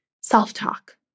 self-talk